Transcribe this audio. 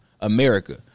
America